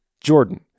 Jordan